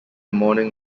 morning